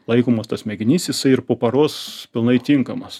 laikomas tas mėginys jisai ir po paros pilnai tinkamas